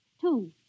Two